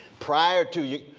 prior to